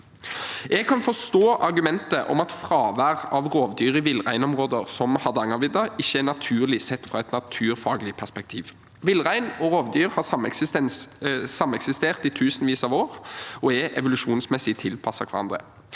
Jeg kan forstå argumentet om at fravær av rovdyr i villreinområder som Hardangervidda ikke er naturlig sett fra et naturfaglig perspektiv. Villrein og rovdyr har sameksistert i tusenvis av år og er evolusjonsmessig tilpasset hverandre.